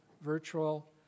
virtual